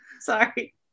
sorry